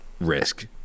risk